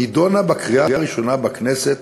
נדונה בקריאה הראשונה בכנסת